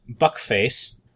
Buckface